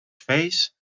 face